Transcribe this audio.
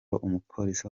umupolisi